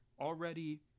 Already